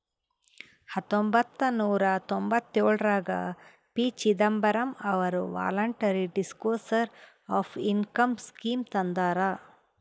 ಹತೊಂಬತ್ತ ನೂರಾ ತೊಂಭತ್ತಯೋಳ್ರಾಗ ಪಿ.ಚಿದಂಬರಂ ಅವರು voluntary disclosure of income scheme ತಂದಾರ